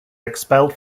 expelled